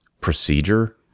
procedure